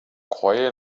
croyait